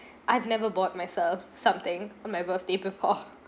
I've never bought myself something on my birthday before